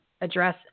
address